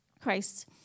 Christ